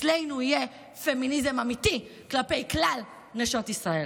אצלנו יהיה פמיניזם אמיתי כלפי כלל נשות ישראל.